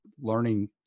learning